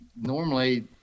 normally